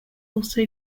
also